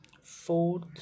fourth